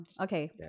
Okay